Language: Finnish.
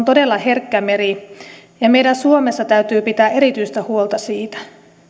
todella herkkä meri ja meidän suomessa täytyy pitää erityistä huolta siitä